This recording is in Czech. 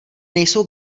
nejsou